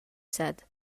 said